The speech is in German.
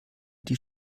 die